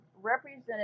represented